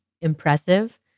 impressive